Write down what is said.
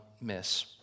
miss